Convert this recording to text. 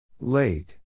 Late